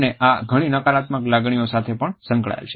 અને આ ઘણી નકારાત્મક લાગણીઓ સાથે પણ સંકળાયેલ છે